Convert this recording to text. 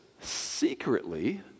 secretly